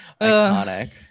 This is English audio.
Iconic